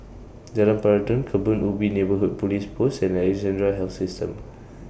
Jalan Peradun Kebun Ubi Neighbourhood Police Post and Alexandra Health System